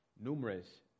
Numerous